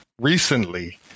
recently